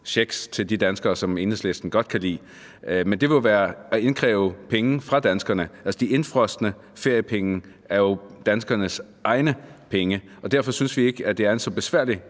checks til de danskere, som Enhedslisten godt kan lide, men det vil jo være at indkræve penge fra danskerne. Altså, de indefrosne feriepenge er jo danskernes egne penge, og derfor synes vi ikke, at det er en så besværlig